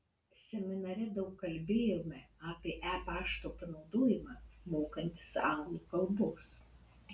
seminare daug kalbėjome apie e pašto panaudojimą mokantis anglų kalbos